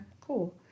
cool